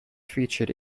featured